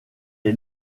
est